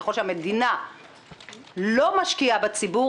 ככל שהמדינה לא משקיעה בציבור,